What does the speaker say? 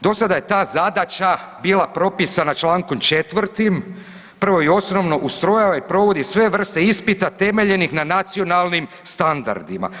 Do sada je ta zadaća bila propisana Člankom 4., prvo i osnovno ustrojava i provodi sve vrste ispita temeljenih na nacionalnim standardima.